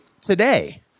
Today